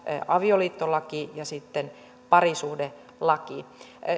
avioliittolaki ja sitten parisuhdelaki